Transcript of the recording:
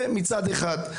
זה מצד אחד.